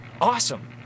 Awesome